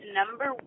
number